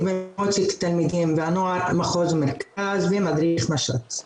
במועצת התלמידים והנוער מחוז מרכז ומדריך מש"צ.